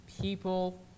people